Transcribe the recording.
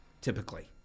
typically